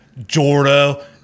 Jordo